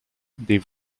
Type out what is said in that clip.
des